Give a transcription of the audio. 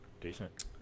Decent